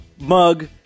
mug